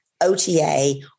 OTA